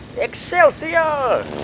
Excelsior